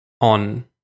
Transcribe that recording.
on